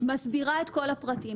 מסבירה את כל הפרטים,